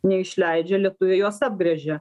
neišleidžia lietuviai juos apgręžia